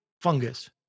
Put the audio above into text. fungus